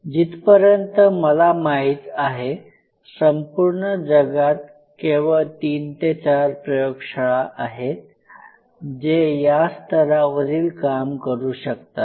जिथपर्यंत मला माहित आहे संपूर्ण जगात केवळ तीन ते चार प्रयोगशाळा आहेत जे या स्तरावरील काम करू शकतात